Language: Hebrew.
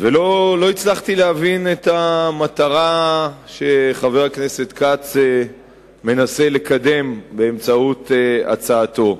ולא הצלחתי להבין את המטרה שחבר הכנסת כץ מנסה לקדם באמצעות הצעתו.